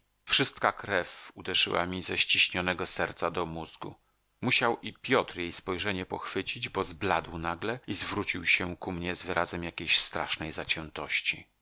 wszystka krew uderzyła mi ze ściśnionego serca do mózgu musiał i piotr jej spojrzenie pochwycić bo zbladł nagle i zwrócił się ku mnie z wyrazem jakiejś strasznej zaciętości